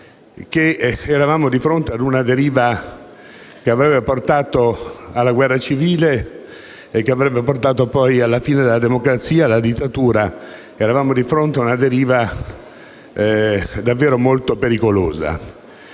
che eravamo di fronte a una deriva che avrebbe portato alla guerra civile e alla fine della democrazia e alla dittatura. Eravamo di fronte a una deriva davvero molto pericolosa.